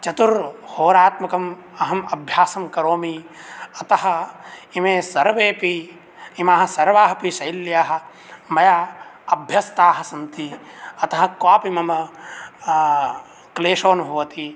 चतुर्होरात्मकम् अहम् अभ्यासं करोमि अतः इमे सर्वेऽपि इमाः सर्वा अपि शैल्यः मया अभ्यस्थाः सन्ति अतः क्वापि मम क्लेशोनुभवति